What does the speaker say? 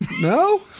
No